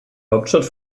hauptstadt